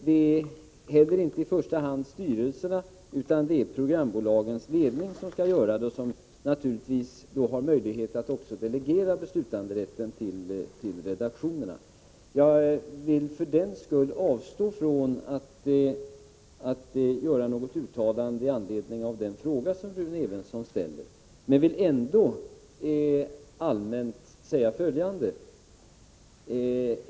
Det är inte heller i första hand styrelserna utan programbolagets ledning som skall göra det och som då naturligtvis också har möjlighet att delegera beslutanderätten till redaktionerna. Jag vill för den skull avstå från att göra något uttalande med anledning av den fråga som Rune Evensson ställde men vill ändå allmänt säga följande.